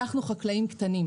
אנחנו חקלאים קטנים,